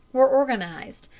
were organized,